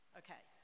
okay